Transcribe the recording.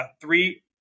three